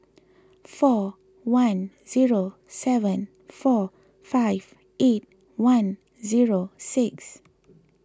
four one zero seven four five eight one zero six